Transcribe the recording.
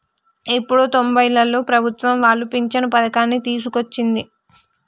ఎప్పుడో తొంబైలలో ప్రభుత్వం వాళ్లు పించను పథకాన్ని తీసుకొచ్చింది